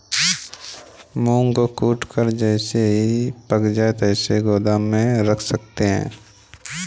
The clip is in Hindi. मैं अपनी मूंग की उपज को ख़राब होने से पहले गोदाम में कब तक रख सकता हूँ?